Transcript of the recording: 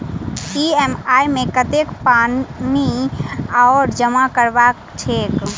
EMI मे कतेक पानि आओर जमा करबाक छैक?